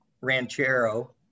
ranchero